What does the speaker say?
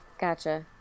Gotcha